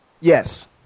yes